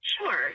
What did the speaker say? Sure